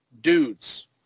dudes